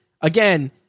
again